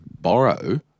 borrow